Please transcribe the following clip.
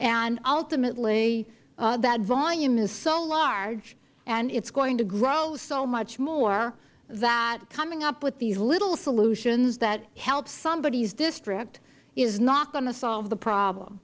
and ultimately that volume is so large and it is going to grow so much more that coming up with these little solutions that help somebody's district is not going to solve the problem